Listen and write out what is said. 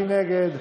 מי נגד?